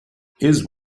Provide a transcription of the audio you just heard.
his